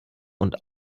und